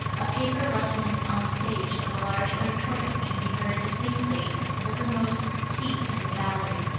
a paper rustling on the stage of a large auditorium can be heard distinctly in the furthermost seat in the gallery.